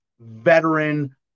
veteran